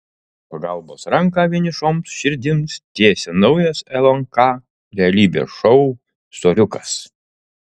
pagalbos ranką vienišoms širdims tiesia naujas lnk realybės šou soriukas